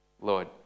Lord